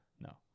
No